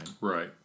Right